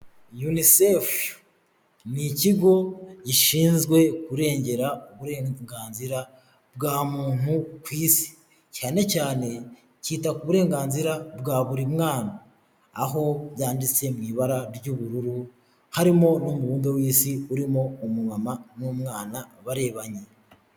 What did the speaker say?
Unicef ni ikigo gishinzwe kurengera uburenganzira bwa muntu ku isi. Cyane cyane cyita ku burenganzira bwa buri mwana. Aho byanditse mu ibara ry'ubururu, harimo n'umubumbe w'isi urimo umuma n'umwana barebanye.